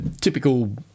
typical